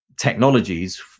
technologies